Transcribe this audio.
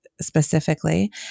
specifically